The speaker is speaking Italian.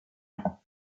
araba